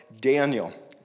Daniel